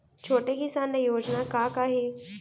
छोटे किसान ल योजना का का हे?